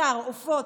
בשר ועופות,